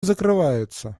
закрывается